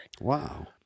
Wow